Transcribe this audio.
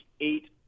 eight